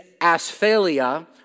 asphalia